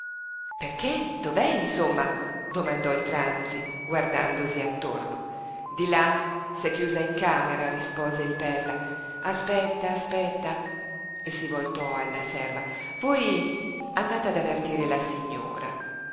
perché dov'è insomma domandò il tranzi guardandosi attorno di là s'è chiusa in camera rispose il perla aspetta aspetta si voltò alla serva voi andate ad avvertire la signora